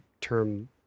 term